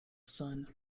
son